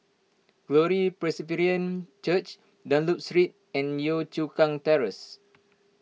Glory Presbyterian Church Dunlop Street and Yio Chu Kang Terrace